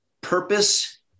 purpose